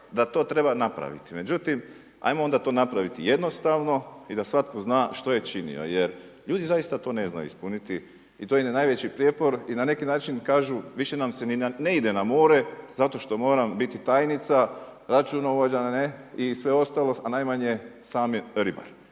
da to treba napraviti. Međutim, hajmo onda to napraviti jednostavno i da svatko zna što je činio, jer ljudi zaista to ne znaju ispuniti i to im je najveći prijepor. I na neki način kažu više nam se ni ne ide na more zato što moram biti tajnica, računovođa i sve ostalo, a najmanje sami ribar.